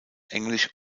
englisch